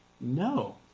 no